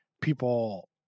people